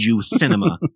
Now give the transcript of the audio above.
cinema